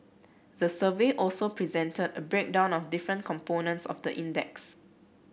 the survey also presented a breakdown of different components of the index